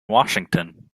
washington